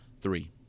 three